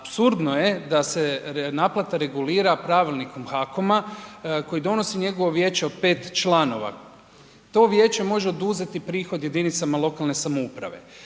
Apsurdno je da se naplata regulira pravilnikom HAKOM-a koje donosi njegovo vijeće od 5 članova. To vijeće može oduzeti prihod jedinicama lokalne samouprave.